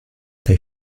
they